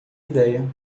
ideia